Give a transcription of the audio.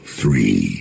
three